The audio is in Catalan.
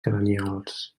cranials